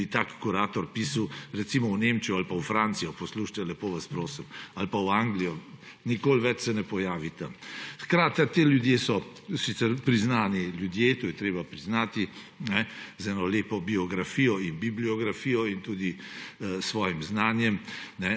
Da bi tak kurator pisal recimo v Nemčijo ali pa v Francijo, poslušajte, lepo vas prosim, ali pa v Anglijo, se nikoli več ne pojavi tam. Ti ljudje so sicer priznani ljudje, to je treba priznati, z eno lepo biografijo in bibliografijo in tudi s svojim znanjem,